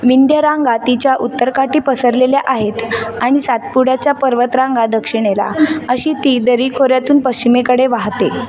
विंध्य रांगा तिच्या उत्तर काठी पसरलेल्या आहेत आणि सातपुड्याच्या पर्वतरांगा दक्षिणेला अशी ती दरी खोऱ्यातून पश्चिमेकडे वाहते